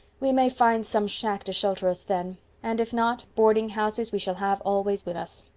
we may find some shack to shelter us then and if not, boardinghouses we shall have always with us.